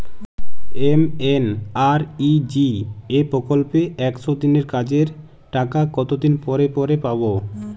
MNREGA প্রকল্পে একশ দিনের কাজের টাকা কতদিন পরে পরে পাব?